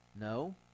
No